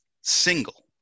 single